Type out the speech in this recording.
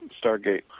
Stargate